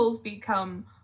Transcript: become